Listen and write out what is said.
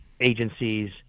agencies